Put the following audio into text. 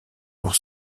pour